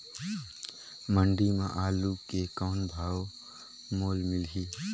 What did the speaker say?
मंडी म आलू के कौन भाव मोल मिलही?